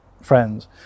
friends